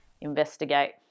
investigate